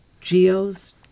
Geo's